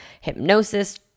hypnosis